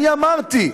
אני אמרתי: